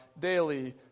daily